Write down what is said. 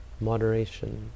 moderation